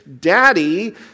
daddy